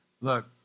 Look